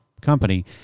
company